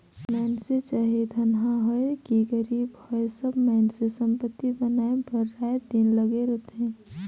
मइनसे चाहे धनहा होए कि गरीब होए सब मइनसे संपत्ति बनाए बर राएत दिन लगे रहथें